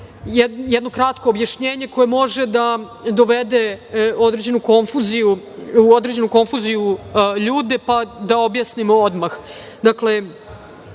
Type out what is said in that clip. jedno kratko objašnjenje koje može da dovede u određenu konfuziju ljude, pa da objasnimo odmah. Dakle,